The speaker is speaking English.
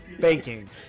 Baking